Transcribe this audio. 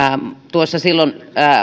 ollut silloin